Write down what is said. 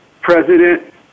President